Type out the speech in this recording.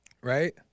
Right